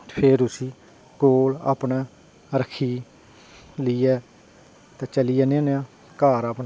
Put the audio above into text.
ते उसी कोल अपने रक्खी लेइयै चली जन्ने होने आं घर अपने